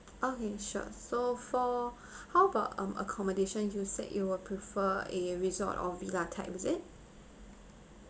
okay sure so for how about um accommodation you said you would prefer a resort or villa type is it